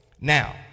Now